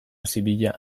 zibila